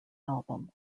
album